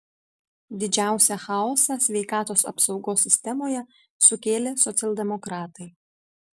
didžiausią chaosą sveikatos apsaugos sistemoje sukėlė socialdemokratai